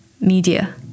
media